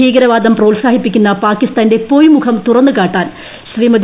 ഭീകരവാദം പ്രോത്സാഹിപ്പിക്കുന്ന പാകിസ്ഥിന്റെ പൊയ്മുഖം തുറന്നുകാട്ടാൻ ശ്രീമതി